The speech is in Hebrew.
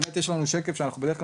האמת היא שיש לנו שקף שאנחנו בדרך כלל